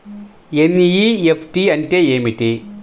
NEFT అంటే ఏమిటీ?